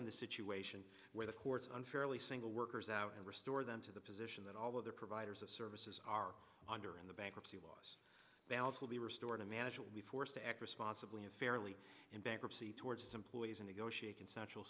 end the situation where the courts unfairly single workers out and restore them to the position that all other providers of services are under in the bankruptcy laws balance will be restored a manager will be forced to act responsibly and fairly in bankruptcy towards employees a negotiated central